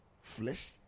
flesh